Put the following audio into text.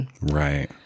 Right